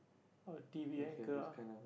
oh t_v anchor ah